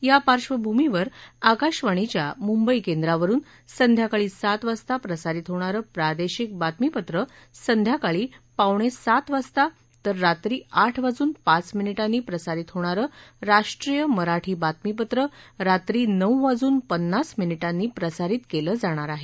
या पार्धभूमीवर आकाशवाणीच्या मुंबई केंद्रावरुन संध्याकाळी सात वाजता प्रसारित होणारं प्रादेशिक बातमीपत्र संध्याकाळी पावणेसात वाजता तर रात्री आठ वाजून पाच मिनिटांनी प्रसारित होणारं राष्ट्रीय मराठी बातमीपत्र रात्री नऊ वाजून पन्नास मिनिटांनी प्रसारित केलं जाणार आहे